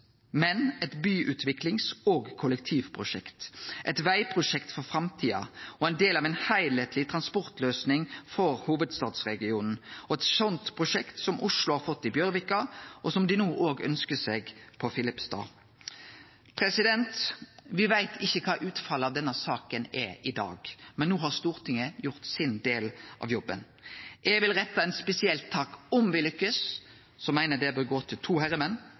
men eit byutviklings- og kollektivprosjekt, eit vegprosjekt for framtida og ein del av ei heilskapleg transportløysing for hovudstadsregionen – eit slikt prosjekt som Oslo har fått i Bjørvika, og som dei no òg ønskjer seg på Filipstad. Me veit ikkje i dag kva utfallet av denne saka er, men no har Stortinget gjort sin del av jobben. Om me lykkast, vil eg rette ein spesiell takk til to herremenn som eg meiner han bør gå til,